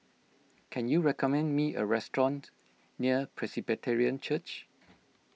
can you recommend me a restaurant near Presbyterian Church